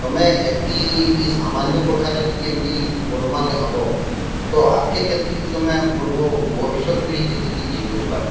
ତମେ ଏତ୍କି ଇ ସାମାନ୍ୟ କଥାରେ ଯଦି ଏନ୍ତି ଗୋଳ୍ମାଳ୍ ହେବ ତ ଆଗ୍କେ କେନ୍ତିକିରି ତମେ ଭବିଷ୍ୟତ୍ପିଢ଼ି କେନ୍ତିକିରି ଇଏ କରିପାର୍ବ